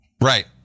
Right